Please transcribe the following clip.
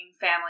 family